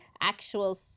actual